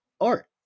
art